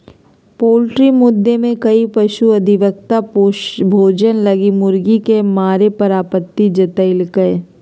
poultry मुद्दे में कई पशु अधिवक्ता भोजन लगी मुर्गी के मारे पर आपत्ति जतैल्कय